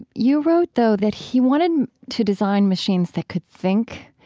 you wrote though that he wanted to design machines that could think.